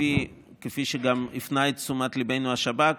כפי שגם הפנה את תשומת ליבנו השב"כ,